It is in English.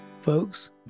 folks